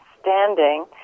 standing